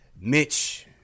Mitch